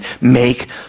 make